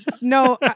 No